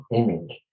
image